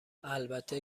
البته